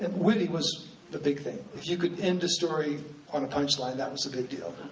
and witty was the big thing, if you could end a story on a punchline, that was a big deal.